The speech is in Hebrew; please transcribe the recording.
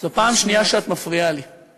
זו פעם שנייה שאת מפריעה לי.